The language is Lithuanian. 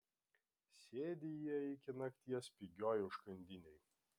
sėdi jie iki nakties pigioj užkandinėj